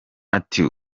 ati